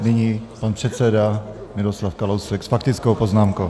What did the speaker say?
Nyní pan předseda Miroslav Kalousek s faktickou poznámkou.